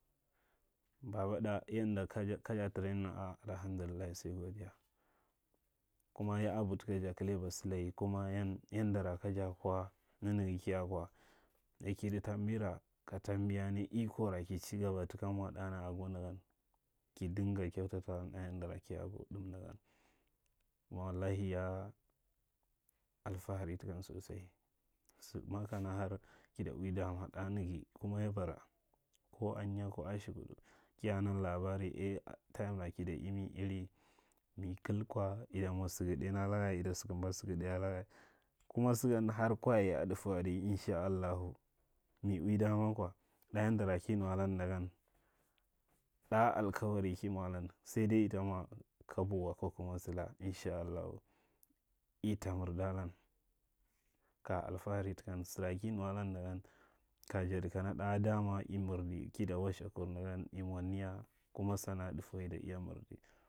Babaɗa yanda kaja kaja training alhamdullahi sai godiya kuma ya bu taka ja kalaba salai kuma yanda yandara kaja kwa nanaga kiya kwa ya kidi tam ka fambiya nai ikora ka chi gaba ɗa nara aɓwa ndasan. Ki dinga kyautata ɗa nara kiya ba ɗimdagan. Wallahi ya alfahari takan sosai. Sama kam har ki ta ui damu ɗa naga kuma ya bar aka asduya ka ashukud kiya nan labara ẻ tayimra ki da imi iri mi. kul kwa ita mwa saga ɗai alaga. Kuma sagan nar kwaye a dafawai adi, inshallahu, mi ui daman kwa ɗa yandanki nuwakga nda gan, ɗa alkawari ki mwalan. Sai dai ita mwa kabo wa ko kuma sala inshallahu. Ita mindalan ka alfahari takan. Sara ki nuwalanda gan kaya jadi kana kaya jadi kana ɗa dama i mirdi kita wastha kur nagan i mwa mya kuma san a dafawai ita iya mirdi.